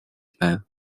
байв